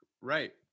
Right